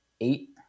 eight